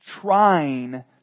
trying